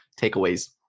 takeaways